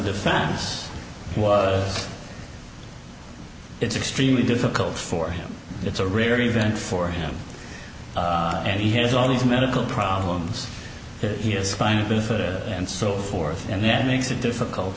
defense was it's extremely difficult for him it's a rare event for him and he has all these medical problems that he had spinal bifida and so forth and that makes it difficult